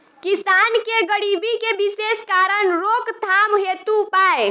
किसान के गरीबी के विशेष कारण रोकथाम हेतु उपाय?